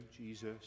Jesus